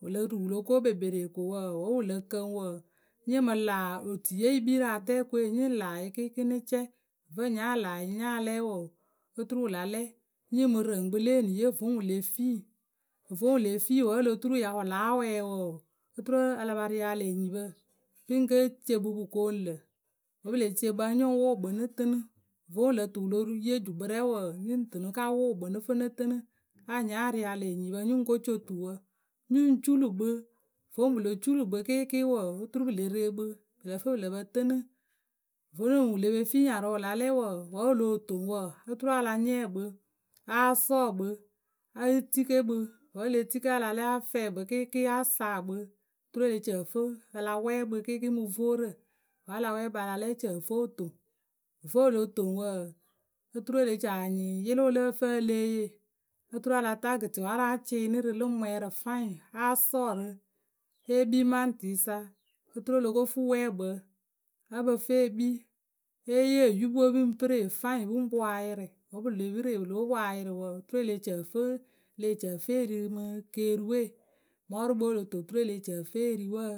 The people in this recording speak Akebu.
wǝ lo ruu wǝ lo ko kpekperee ko wǝǝ wǝ́ wǝ lǝ kǝŋ wǝǝ, nyǝ ŋ mǝ laa otui ye yǝ kpii rǝ atɛɛkǝ we nyǝ ŋ laa yǝ kɩɩkɩɩ nɨ cɛ. Vǝŋ nya laa yǝ nya lɛ wǝǝ. oturu wǝ la lɛ nyǝ ŋ mǝ rǝŋ kpǝ le eniye vǝ́ wǝ le fii. Vǝ́ wǝ le fii wǝ́ p o lo turu wǝ ya wǝ láa wɛɛ wǝǝ, oturu a la pa rialǝ enyipǝ pǝ ŋ ke ce kpǝ pǝ koonu lǝ̈. Vǝ́ pǝ le ce kpǝ a nyǝ ŋ wʊʊ kpǝ nɨ tɨnɨ. Vǝ́ wǝ lǝ tɨ wǝ le yee wǝcukpǝ rɛ wǝǝ, nyǝ ŋ tɨ na ka wʊʊ kpǝ nɨ fǝ nɨ tɨnɨ anyɩŋ nya rialǝ enyipǝ nyǝ ŋ ko co tuwǝ nyǝ ŋ culu kpǝ voŋ pǝ lo culu kpǝ kɩɩkɩɩ wǝǝ, oturu pǝ le re kpǝ pǝ lǝ fǝ pǝ lǝ pǝ tɨnɨ. Vonuŋ wǝ le pe fii nyarʊ wǝ la lɛ wǝǝ wǝ́ o loh toŋ wǝǝ, oturu a la nyɩɩ kpǝ a sɔɔ kpǝ ǝ tike kpǝ wǝ́ e le tike a la lɛ a fɛɛ kpǝ kɩɩkɩɩ a saa kpǝ oturu e le ci ǝ fǝ a la wɛ kpǝ kɩɩkɩɩ mǝ voorǝ. Wǝ́ a la wɛ kpǝ a la lɛ e ci ǝ fǝ o toŋ. Vo o lo toŋ wǝǝ, e ci a nyɩŋ yɩlɩwǝ lǝ wǝ fǝŋ wǝ́ e lée yee oturu a la taa gɩtɩwaarǝ a cɩɩnɩ rǝ lǝ ŋ mwɛɛrɩ fwanyiŋ a sɔɔ rǝ e kpii maŋtɩyǝ sa oturu o lo ko fuu wǝpwɛɛkpǝ ǝ pǝ fǝ e kpii e yee oyupǝ we ǝ pǝ ŋ pǝre fwanyiŋ pǝ ŋ poŋ a yɩrɩ. Vǝ́ pǝ le pǝre fwanyiŋ.